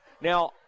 Now